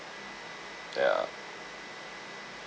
ya